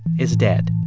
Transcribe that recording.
is dead.